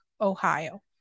Ohio